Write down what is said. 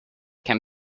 can